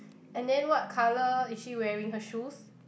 and then what colour is she wearing her shoes